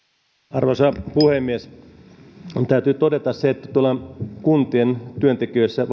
arvoisa puhemies minun täytyy todeta se että kuntien työntekijöissä